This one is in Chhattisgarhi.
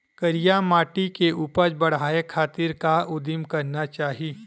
करिया माटी के उपज बढ़ाये खातिर का उदिम करना चाही?